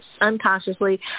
unconsciously